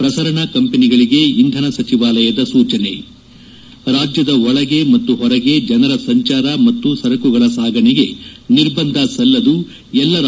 ಪ್ರಸರಣಾ ಕಂಪನಿಗಳಿಗೆ ಇಂಧನ ಸಚಿವಾಲಯದ ಸೂಚನೆ ರಾಜ್ಯದ ಒಳಗೆ ಮತ್ತು ಹೊರಗೆ ಜನರ ಸಂಚಾರ ಮತ್ತು ಸರಕುಗಳ ಸಾಗಣೆಗೆ ನಿರ್ಬಂಧ ಸಲ್ಲದು ಎಲ್ಲಾ ು